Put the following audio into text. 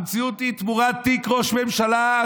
המציאות היא תמורת תיק ראש ממשלה,